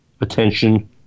attention